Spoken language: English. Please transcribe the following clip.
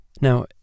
Now